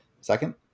Second